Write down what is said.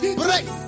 break